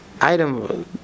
item